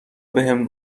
بهم